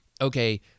okay